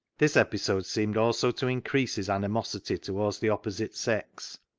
this episode seemed also to increase his ani mosity towards the opposite sex.